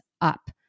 up